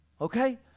Okay